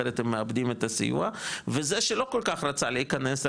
אחרת הם מאבדים את הסיוע וזה שלא כל כך רצה להיכנס,